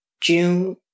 June